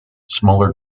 smaller